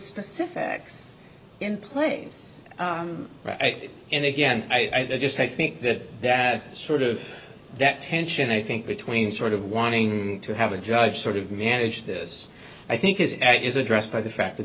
specifics in place and again i just i think that that sort of that tension i think between sort of wanting to have a judge sort of manage this i think is is addressed by the fact that